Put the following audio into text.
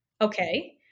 Okay